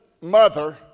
mother